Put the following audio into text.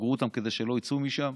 סגרו אותם כדי שלא יצאו משם,